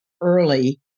early